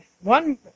One